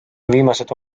viimased